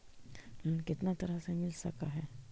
Loan कितना तरह से मिल सक है?